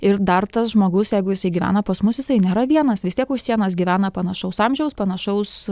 ir dar tas žmogus jeigu jisai gyvena pas mus jisai nėra vienas vis tiek už sienos gyvena panašaus amžiaus panašaus